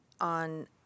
on